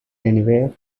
anywhere